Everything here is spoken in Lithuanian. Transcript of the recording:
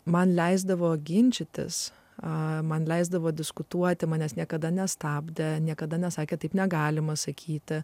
man leisdavo ginčytis a man leisdavo diskutuoti manęs niekada nestabdė niekada nesakė taip negalima sakyti